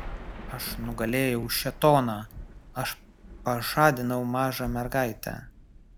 aš nugalėjau šėtoną aš pažadinau mažą mergaitę